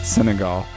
Senegal